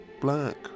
black